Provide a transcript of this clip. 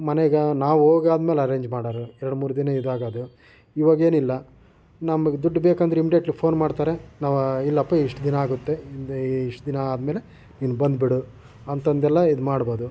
ಮನೆಗೆ ನಾವು ಹೋಗಾದ್ಮೇಲೆ ಅರೆಂಜ್ ಮಾಡೋರು ಎರಡು ಮೂರು ದಿನ ಇದಾಗೋದು ಇವಾಗೇನಿಲ್ಲ ನಮಗೆ ದುಡ್ಡು ಬೇಕೆಂದರೆ ಇಮ್ಡಿಯೆಟ್ಲಿ ಫೋನ್ ಮಾಡುತ್ತಾರೆ ನಾವು ಇಲ್ಲಪ್ಪ ಇಷ್ಟು ದಿನ ಆಗುತ್ತೆ ಇಷ್ಟು ದಿನ ಆದಮೇಲೆ ನೀನು ಬಂದುಬಿಡು ಅಂತಂದೆಲ್ಲ ಇದು ಮಾಡ್ಬೋದು